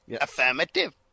Affirmative